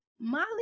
Molly